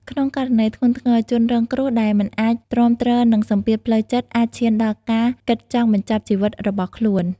ក្នុងករណីធ្ងន់ធ្ងរ ជនរងគ្រោះដែលមិនអាចទ្រាំទ្រនឹង សម្ពាធផ្លូវចិត្ត អាចឈានដល់ការ គិតចង់បញ្ចប់ជីវិតរបស់ខ្លួន។